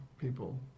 people